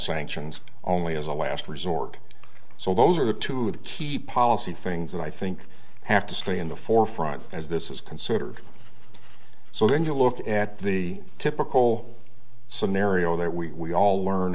sanctions only as a last resort so those are the two the key policy things that i think have to stay in the forefront as this is considered so when you look at the typical scenario that we all learn